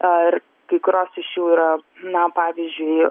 ar kai kurios iš jų yra na pavyzdžiui